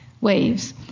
waves